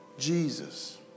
Jesus